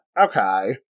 Okay